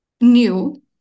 new